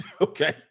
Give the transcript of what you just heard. Okay